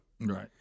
right